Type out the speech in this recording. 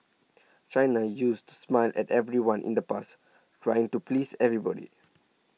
China used to smile at everyone in the past trying to please everybody